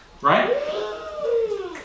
Right